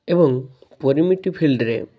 ଏବଂ ପରିମିଟ ଫିଲଡ଼ରେ